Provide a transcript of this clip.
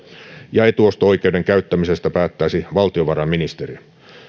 ja etuosto oikeuden käyttämisestä päättäisi valtiovarainministeriö